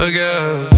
Again